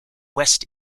west